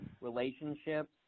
relationships